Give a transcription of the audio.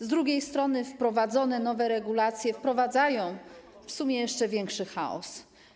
Z drugiej strony wprowadzone nowe regulacje powodują w sumie jeszcze większy chaos.